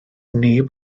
neb